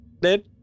dead